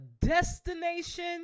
destination